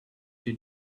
she